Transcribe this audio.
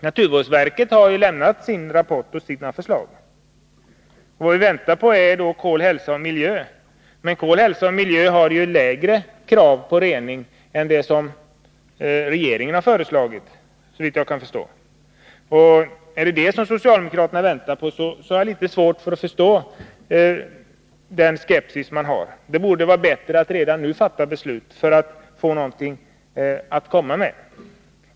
Naturvårdsverket har lämnat sin rapport. Vad vi väntar på är resultatet av projektet Kol-Hälsa-Miljö, men detta projekt ställer lägre krav på rening än vad regeringen gör, såvitt jag kan förstå. Är det detta som socialdemokraterna väntar på, har jag litet svårt att förstå den skepsis som kan finnas. Det borde vara bättre att redan nu fatta beslut för att få någonting att komma med.